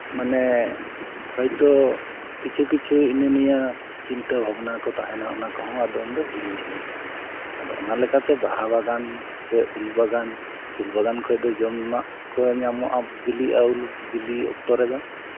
ᱢᱟᱱᱮ ᱦᱚᱭᱛᱳ ᱠᱤᱪᱷᱩ ᱠᱤᱪᱷᱩ ᱦᱤᱱᱟᱹ ᱱᱤᱭᱟᱹ ᱪᱤᱱᱛᱟᱹ ᱵᱷᱟᱵᱽᱱᱟ ᱠᱚ ᱛᱟᱦᱮᱱᱟ ᱚᱱᱟ ᱠᱚᱦᱚᱸ ᱟᱫᱚ ᱩᱱᱫᱚ ᱦᱤᱲᱤᱧᱮᱱᱜᱮ ᱟᱫᱚ ᱚᱱᱟ ᱞᱮᱠᱟᱛᱮ ᱵᱟᱦᱟ ᱵᱟᱜᱟᱱ ᱥᱮ ᱩᱞ ᱵᱟᱜᱟᱱ ᱩᱞ ᱵᱟᱜᱟᱱ ᱠᱷᱚᱡ ᱫᱚ ᱡᱚᱢᱟᱜ ᱠᱚ ᱧᱟᱢᱚᱜᱼᱟ ᱵᱤᱞᱤᱜᱼᱟ ᱩᱞ ᱵᱤᱞᱤᱜ ᱚᱠᱛᱚ ᱨᱮᱫᱚ